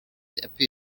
thirty